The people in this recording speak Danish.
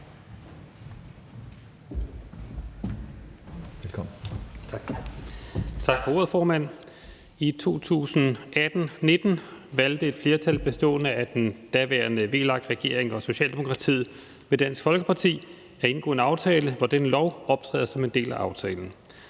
Christensen (M): Tak for ordet, formand. I 2018-2019 valgte et flertal bestående af den daværende VLAK-regering og Socialdemokratiet med Dansk Folkeparti at indgå en aftale, og denne lov optræder som en del af aftalen.